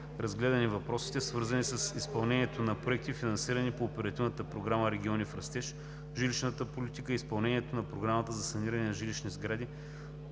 разгледани въпросите, свързани с изпълнението на проекти, финансирани по Оперативна програма „Региони в растеж“, жилищната политика и изпълнението на програмата за саниране на жилищни сгради,